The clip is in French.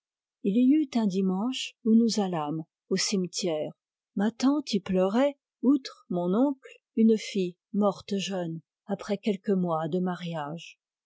il y eut un dimanche où nous allâmes au cimetière ma tante y pleurait outre mon oncle une fille morte jeune après quelques mois de mariage